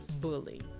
bully